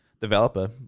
developer